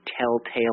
telltale